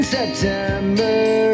September